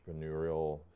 entrepreneurial